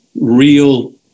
real